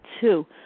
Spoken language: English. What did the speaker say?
Two